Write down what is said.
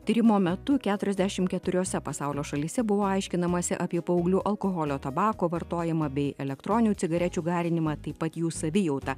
tyrimo metu keturiasdešim keturiose pasaulio šalyse buvo aiškinamasi apie paauglių alkoholio tabako vartojimą bei elektroninių cigarečių garinimą taip pat jų savijautą